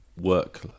work